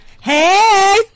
Hey